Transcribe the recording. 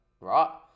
right